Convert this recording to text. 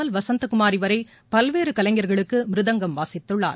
L Vasanthakumari வரை பல்வேறு கலைஞர்களுக்கு மிருதங்கம் வாசித்துள்ளார்